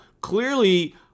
Clearly